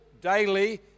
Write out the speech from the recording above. daily